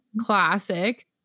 classic